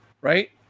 right